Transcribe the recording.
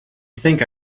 think